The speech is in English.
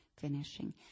finishing